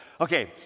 Okay